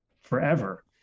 forever